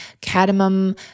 cadmium